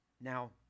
Now